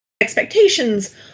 expectations